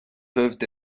peuvent